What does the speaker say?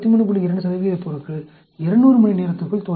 2 பொருள்கள் 200 மணி நேரத்திற்குள் தோல்வியடையும்